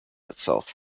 itself